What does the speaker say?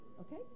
Okay